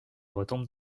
retombe